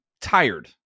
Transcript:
tired